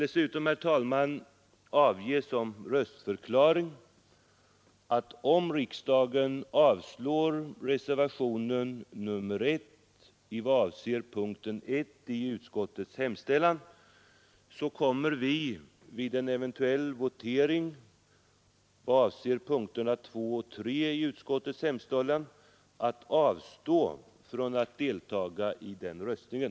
Dessutom vill jag avge den röstförklaringen, att om riksdagen avslår reservationen 1 i vad avser punkten 1 i utskottets hemställan, så kommer vi vid en eventuell votering som avser punkterna 2 och 3 i utskottets hemställan att avstå från att delta i den röstningen.